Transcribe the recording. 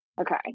Okay